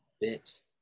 bit